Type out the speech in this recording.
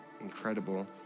incredible